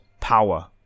power